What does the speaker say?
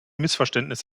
missverständnis